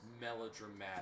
Melodramatic